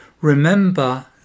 Remember